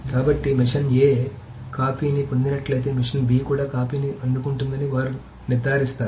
కాబట్టి machine a కాపీని పొందినట్లయితే మెషీన్ b కూడా కాపీని అందుకుంటుందని వారు నిర్ధారిస్తారు